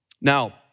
Now